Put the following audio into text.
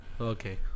Okay